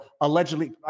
Allegedly